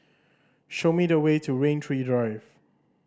show me the way to Rain Tree Drive